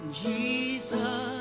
jesus